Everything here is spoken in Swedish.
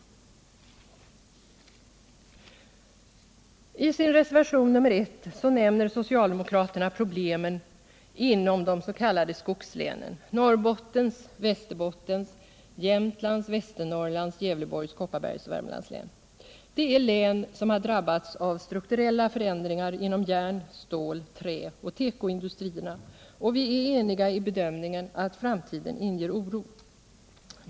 I sin reservation nr I nämner socialdemokraterna problemen inom de s.k. skogslänen, Norrbottens, Västerbottens, Jämtlands, Västernorrlands, Gävleborgs, Kopparbergs och Värmlands län. Det är län som har drabbats av strukturella förändringar inom järn-, stål-, träoch tekoindustrierna, och vi är eniga i bedömningen att framtiden inger oro.